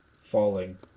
Falling